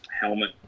helmet